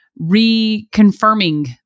reconfirming